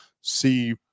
see